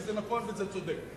וזה נכון וזה צודק.